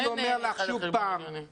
אני אומר לך שוב פעם,